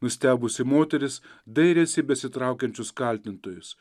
nustebusi moteris dairėsi į besitraukiančius kaltintojus